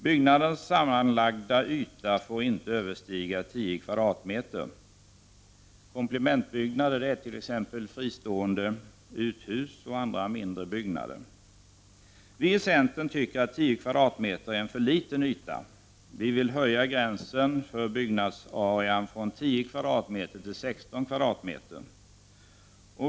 Byggnadernas sammanlagda yta får inte överstiga 10 m?. Komplementbyggnader är t.ex. fristående uthus och andra mindre byggnader. Vi i centern tycker att 10 m? är en för liten yta. Vi vill höja gränsen för byggnadsarealen från 10 m? till 16 m?.